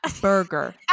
burger